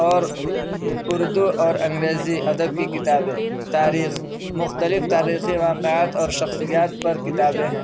اور اردو اور انگریزی ادب کی کتابیں تاریخ مختلف تاریخی واقعات اور شخصیات پر کتابیں ہیں